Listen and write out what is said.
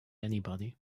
anybody